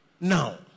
Now